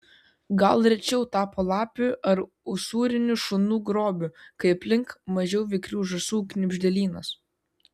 gal rečiau tapo lapių ar usūrinių šunų grobiu kai aplink mažiau vikrių žąsų knibždėlynas